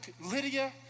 Lydia